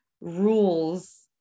rules